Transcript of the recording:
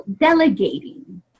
delegating